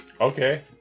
Okay